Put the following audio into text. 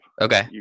Okay